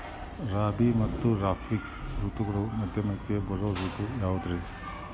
ರಾಬಿ ಮತ್ತ ಖಾರಿಫ್ ಋತುಗಳ ಮಧ್ಯಕ್ಕ ಬರೋ ಋತು ಯಾವುದ್ರೇ?